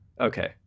Okay